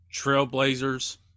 Trailblazers